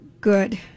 good